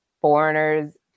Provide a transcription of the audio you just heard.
foreigners